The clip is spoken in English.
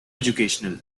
educational